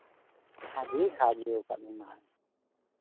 ᱟᱹᱰᱤ ᱥᱟᱦᱟᱡᱡᱚ ᱠᱟᱜ ᱵᱚᱱᱟᱭ